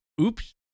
oops